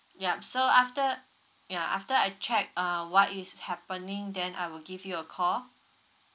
yup so after ya after I check uh what is happening then I will give you a call